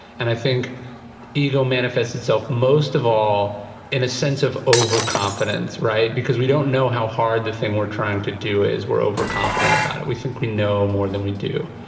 and i think ego manifests itself most of all in a sense of overconfidence, because we don't know how hard the thing we are trying to do is, we are overconfident about it. we think we know more than we do.